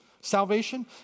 salvation